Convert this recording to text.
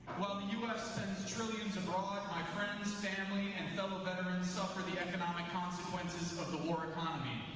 while the us sends trillions abroad, my friends, family, and fellow veterans suffer the economic consequences of the war economy.